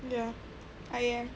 ya I am